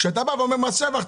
כשמדברים על מס שבח,